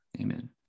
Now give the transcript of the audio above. Amen